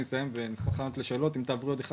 אסיים ואני אשמח לענות לשאלות במידה ויש.